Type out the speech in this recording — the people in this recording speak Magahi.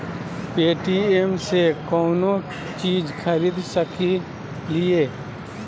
पे.टी.एम से कौनो चीज खरीद सकी लिय?